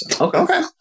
Okay